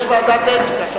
יש ועדת אתיקה.